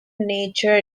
nature